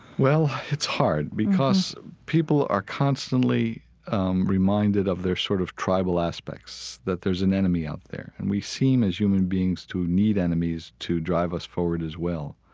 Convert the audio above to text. well, it's hard because people are constantly reminded of their sort of tribal aspects, that there's an enemy out there. and we seem as human beings to need enemies to drive us forward as well.